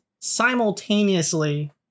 simultaneously